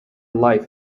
life